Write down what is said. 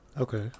Okay